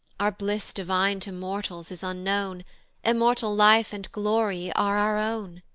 our bliss divine to mortals is unknown immortal life and glory are our own.